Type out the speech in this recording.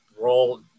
role –